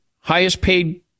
highest-paid